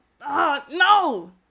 no